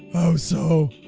so?